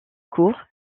court